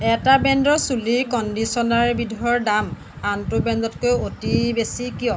এটা ব্ৰেণ্ডৰ চুলিৰ কণ্ডিশ্যনাৰ বিধৰ দাম আনটো ব্ৰেণ্ডতকৈ অতি বেছি কিয়